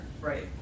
Right